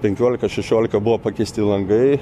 penkiolika šešiolika buvo pakeisti langai